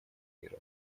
мира